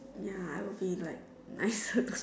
ya I will be like nicer